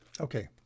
Okay